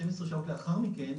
12 שעות לאחר מכן,